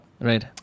Right